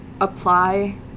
apply